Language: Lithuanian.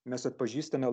mes atpažįstame